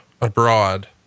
abroad